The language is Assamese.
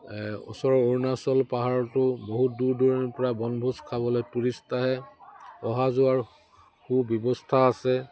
ওচৰৰ অৰুণাচল পাহাৰতো বহুত দূৰ দূৰণি পৰা বনভোজ খাবলৈ টুৰিষ্ট আহে অহা যোৱাৰ সু ব্যৱস্থা আছে